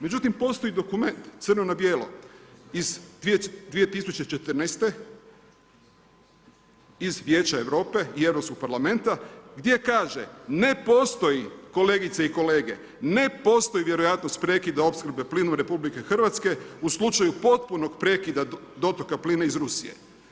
Međutim postoji dokument crno na bijelo iz 2014. iz Vijeća Europe i Europskog parlamenta gdje kaže „ne postoji“ kolegice i kolege „ne postoji vjerojatnost prekida opskrbe plinom RH u slučaju potpunog prekida dotoka plina iz Rusije.